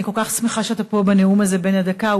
אני כל כך שמחה שאתה פה בנאום הזה בן הדקה,